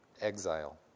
exile